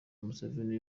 museveni